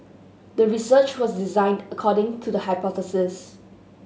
the research was designed according to the hypothesis